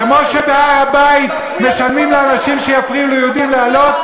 כמו שבהר-הבית משלמים לאנשים שיפריעו ליהודים לעלות,